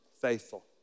faithful